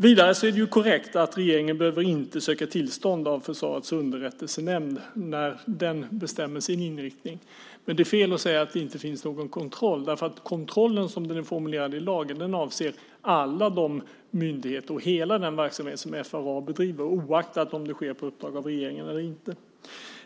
Vidare är det korrekt att regeringen inte behöver söka tillstånd från Försvarets underrättelsenämnd när den bestämmer sin inriktning, men det är fel att säga att det inte finns någon kontroll. Kontrollen, som den är formulerad i lagen, avser alla myndigheter och hela den verksamhet som FRA bedriver, oaktat om det sker på uppdrag av regeringen eller inte.